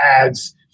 ads